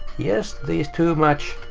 yes, these two match.